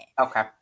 Okay